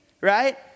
right